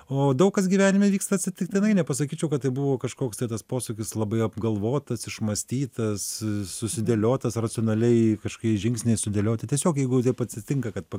o daug kas gyvenime įvyksta atsitiktinai nepasakyčiau kad tai buvo kažkoks tai tas posūkis labai apgalvotas išmąstytas susidėliotas racionaliai kažkokie žingsniai sudėlioti tiesiog jeigu taip atsitinka kad